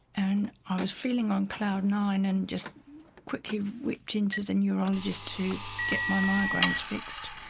and i was feeling on cloud nine and just quickly whipped into the neurologist to get my migraines fixed,